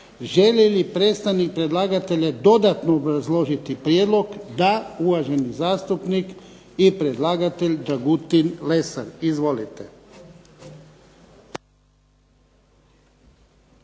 Želi li predstavnik predlagatelja dodatno obrazložiti prijedlog? Da. Uvaženi zastupnik i predlagatelj Dragutin Lesar. Izvolite.